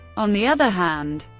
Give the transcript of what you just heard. on the other hand,